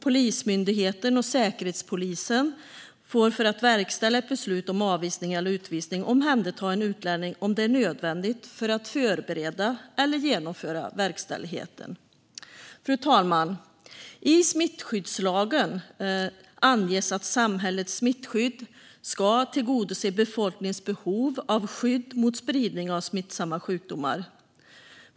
Polismyndigheten och Säkerhetspolisen får för att verkställa ett beslut om avvisning eller utvisning också omhänderta en utlänning om det är nödvändigt för att förbereda eller genomföra verkställigheten. Fru talman! I smittskyddslagen anges att samhällets smittskydd ska tillgodose befolkningens behov av skydd mot spridning av smittsamma sjukdomar.